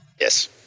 Yes